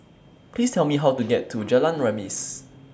Please Tell Me How to get to Jalan Remis